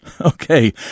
Okay